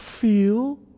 feel